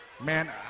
man